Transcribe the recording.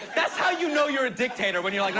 that's how you know you're a dictator, when you're like